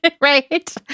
right